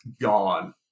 gone